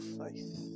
faith